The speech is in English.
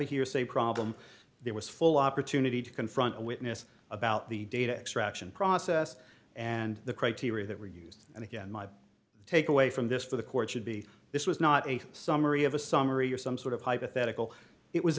a hearsay problem there was full opportunity to confront a witness about the data extraction process and the criteria that were used and again my takeaway from this for the court should be this was not a summary of a summary or some sort of hypothetical it was